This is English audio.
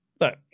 Look